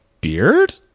beard